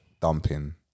dumping